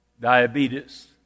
diabetes